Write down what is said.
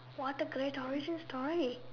what a great origin story